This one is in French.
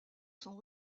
sont